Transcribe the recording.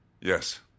Yes